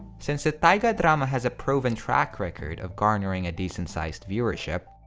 since the taiga drama has a proven track record of garnering a decent sized viewership,